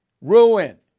Ruin